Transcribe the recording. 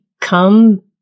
come